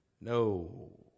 No